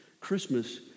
Christmas